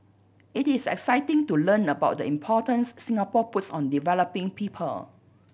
it is exciting to learn about the importance Singapore puts on developing people